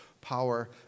power